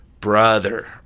Brother